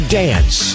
dance